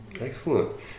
Excellent